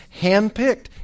handpicked